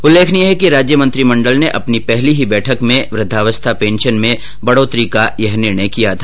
उल्लेखनीय है कि राज्य मंत्रिमण्डल ने अपनी पहली ही बैठक में वृद्धावस्था पेंशन में बढोतरी का यह निर्णय किया था